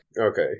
Okay